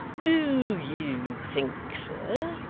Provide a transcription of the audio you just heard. do you think, sir,